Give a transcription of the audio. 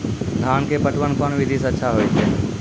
धान के पटवन कोन विधि सै अच्छा होय छै?